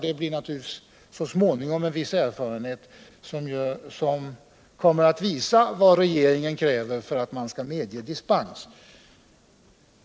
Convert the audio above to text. Det skapar naturligtvis så småningom en viss praxis som kommer att visa vad regeringen kräver för att medge dispens.